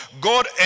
God